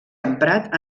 emprat